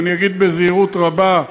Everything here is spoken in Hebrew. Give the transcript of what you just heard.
אני אגיד בזהירות רבה,